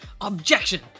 objection